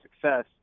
success